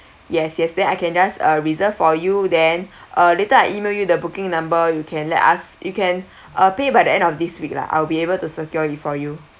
yes yes then I can just uh reserve for you then uh later I email you the booking number you can let us you can uh pay by the end of this week lah I'll be able to secure it for you